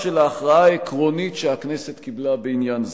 של ההכרעה העקרונית שהכנסת קיבלה בעניין זה,